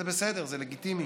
זה בסדר, זה לגיטימי,